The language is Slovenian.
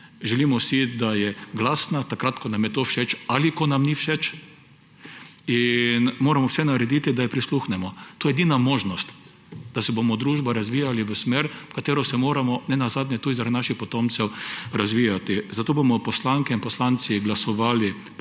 Želimo si, da je glasna takrat, ko nam je to všeč ali ko nam ni všeč, in moramo vse narediti, da ji prisluhnemo. To je edina možnost, da se bomo kot družba razvijali v smer, v katero se moramo, nenazadnje, tudi zaradi naših potomcev razvijati. Zato bomo poslanke in poslanci Socialnih